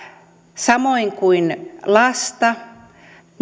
samoin kuin lasta